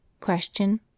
Question